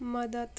मदत